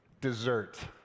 Dessert